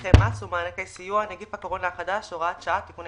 הליכי מס ומענקי סיוע (נגיף הקורונה החדש הוראת שעה תיקוני